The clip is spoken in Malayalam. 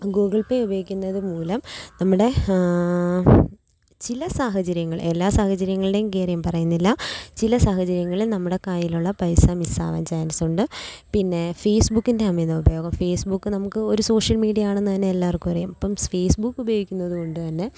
ഗൂഗിൾ പേ ഉപയോഗിക്കുന്നത് മൂലം നമ്മുടെ ചില സാഹചര്യങ്ങളിൽ എല്ലാ സാഹചര്യങ്ങളുടെ കാര്യം പറയുന്നില്ല ചില സാഹചര്യങ്ങളിൽ നമ്മുടെ കയ്യിലുള്ള പൈസ മിസ്സാകാൻ ചാൻസ് ഉണ്ട് പിന്നെ ഫേസ്ബുക്കിൻ്റെ അമിത ഉപയോഗം ഫേസ്ബുക്ക് നമുക്ക് ഒരു സോഷ്യൽ മീഡിയ ആണെന്ന് തന്നെ എല്ലാവർക്കും അറിയാം അപ്പോള് ഫേസ്ബുക്ക് ഉപയോഗിക്കുന്നതുകൊണ്ട് തന്നെ